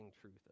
truth